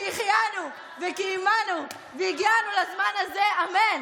שהחיינו וקיימנו והגיענו לזמן הזה, אמן.